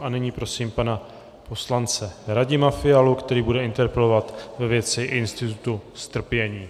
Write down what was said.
A nyní prosím pana poslance Radima Fialu, který bude interpelovat ve věci institutu strpění.